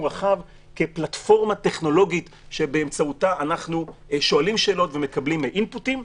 רחב כפלטפורמה טכנולוגית שבאמצעותה אנחנו שואלים שאלות ומקבלים אינפוטים.